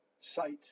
sites